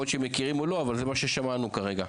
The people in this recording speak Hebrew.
זה מה ששמענו כרגע,